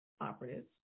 operatives